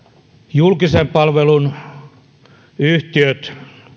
julkisen palvelun yhtiöt